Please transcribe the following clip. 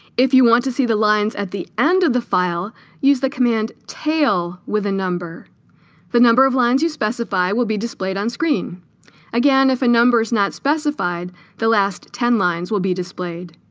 if you want to see the lines at the end of the file use the command tail with a number the number of lines you specify will be displayed on screen again if a number is not specified the last ten lines will be displayed